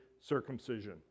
circumcision